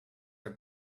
are